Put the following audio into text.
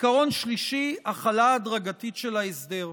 עיקרון שלישי, החלה הדרגתית של ההסדר.